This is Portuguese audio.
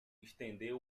estender